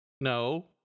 No